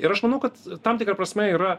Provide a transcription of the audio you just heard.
ir aš manau kad tam tikra prasme yra